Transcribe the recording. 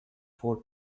four